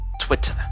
Twitter